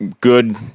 good